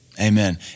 Amen